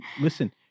listen